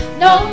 no